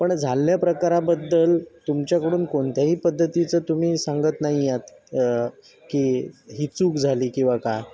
पण झाल्या प्रकाराबद्दल तुमच्याकडून कोणत्याही पद्धतीचं तुम्ही सांगत नाही आहात की ही चूक झाली किंवा का